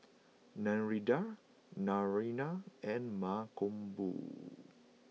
Narendra Naraina and Mankombu